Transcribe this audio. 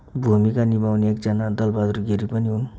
भूमिका निभाउने एकजना दल बहादुर गिरी पनि हुन्